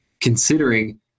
considering